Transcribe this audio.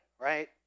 right